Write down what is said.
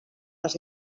les